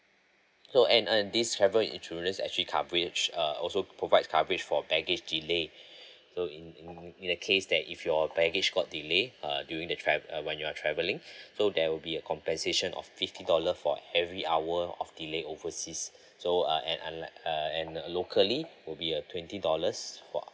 so and and this travel insurance actually coverage uh also provides coverage for baggage delay so in in in the case that if your baggage got delay uh during the tra~ uh when you're travelling so there will be a compensation of fifty dollar for every hour of delay overseas so uh and uh and uh locally would be a twenty dollars for